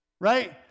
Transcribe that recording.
right